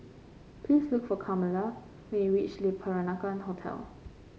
please look for Carmela when you reach Le Peranakan Hotel